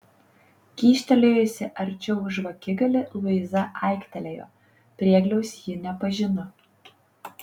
kyštelėjusi arčiau žvakigalį luiza aiktelėjo priegliaus ji nepažino